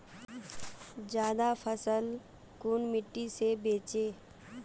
ज्यादा फसल कुन मिट्टी से बेचे?